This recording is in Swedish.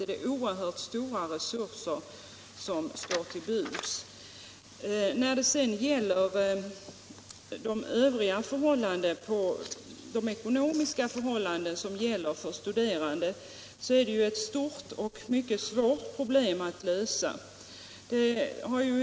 Det är ju oerhört stora resurser som står till buds. De ekonomiska förhållandena för studerande är ett stort och mycket svårt problem att lösa.